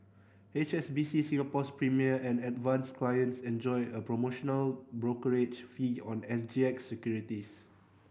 H S B C Singapore's Premier and Advance clients enjoy a promotional brokerage fee on S G X securities